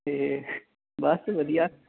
ਅਤੇ ਬਸ ਵਧੀਆ